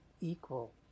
equal